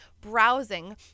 browsing